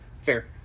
Fair